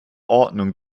ordnung